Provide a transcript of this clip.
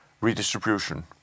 redistribution